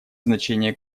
значение